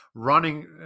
running